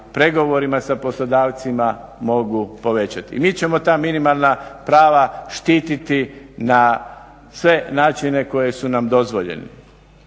pregovorima sa poslodavcima mogu povećati. I mi ćemo ta minimalna prava štititi na sve načine koji su nam dozvoljeni.